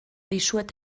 dizuet